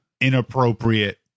inappropriate